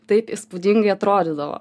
taip įspūdingai atrodydavo